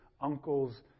uncle's